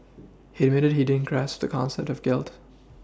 he admitted he didn't grasp the concept of guilt